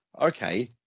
okay